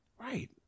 Right